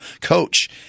coach